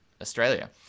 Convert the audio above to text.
Australia